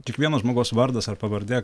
kiekvieno žmogaus vardas ar pavardė